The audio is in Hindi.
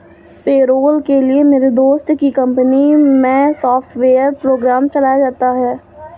पेरोल के लिए मेरे दोस्त की कंपनी मै सॉफ्टवेयर प्रोग्राम चलाया जाता है